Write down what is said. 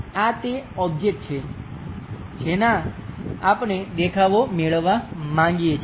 આ તે ઓબ્જેક્ટ છે જેના આપણે દેખાવો મેળવવા માંગીએ છીએ